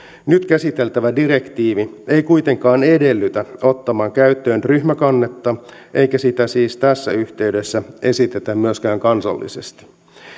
nyt käsiteltävä direktiivi ei kuitenkaan edellytä ottamaan käyttöön ryhmäkannetta eikä sitä siis tässä yhteydessä esitetä myöskään kansallisesti